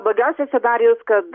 blogiausias scenarijus kad